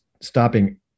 stopping